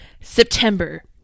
September